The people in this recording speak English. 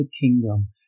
kingdom